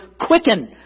quicken